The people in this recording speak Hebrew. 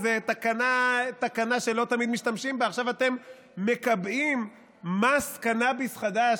איזו תקנה שלא תמיד משתמשים בה עכשיו אתם מקבעים מס קנביס חדש,